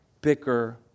bicker